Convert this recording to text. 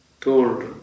told